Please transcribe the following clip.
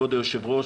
כבוד היושב-ראש,